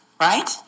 right